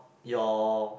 your